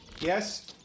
Yes